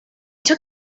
took